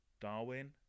Darwin